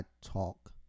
talk